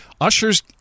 Ushers